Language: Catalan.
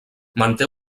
manté